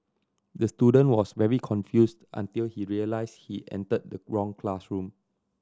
the student was very confused until he realised he entered the wrong classroom